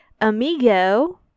Amigo